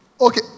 Okay